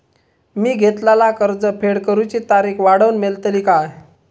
मी घेतलाला कर्ज फेड करूची तारिक वाढवन मेलतली काय?